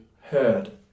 heard